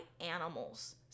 animals